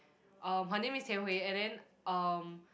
uh her name is Tian Hui and then um